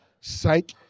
Psych